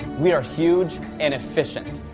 we are huge and efficient.